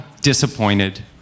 disappointed